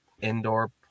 Indoor